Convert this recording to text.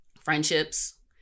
friendships